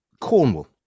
cornwall